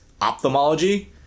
ophthalmology